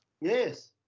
Yes